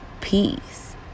peace